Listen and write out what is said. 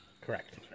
Correct